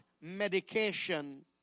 medication